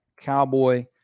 cowboy